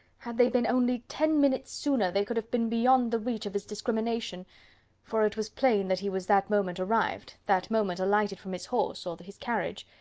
had they been only ten minutes sooner, they should have been beyond the reach of his discrimination for it was plain that he was that moment arrived that moment alighted from his horse or his carriage.